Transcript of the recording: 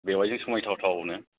बेवाइजों समाय थावथावनो